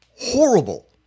horrible